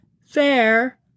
fair